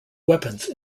weapons